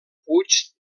puig